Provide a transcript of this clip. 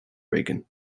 reagan